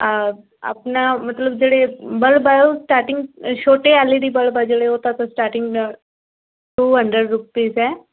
ਆਪਣਾ ਮਤਲਬ ਜਿਹੜੇ ਬੱਲਬ ਹੈ ਉਹ ਸਟਾਟਿੰਗ ਛੋਟੇ ਐੱਲ ਈ ਡੀ ਬੱਲਬ ਹੈ ਜਿਹੜੇ ਉਹ ਧਾਤੋਂ ਸਟਾਟਿੰਗ ਟੂ ਹੰਡਰਡ ਰੁਪੀਜ਼ ਹੈ